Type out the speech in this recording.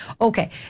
Okay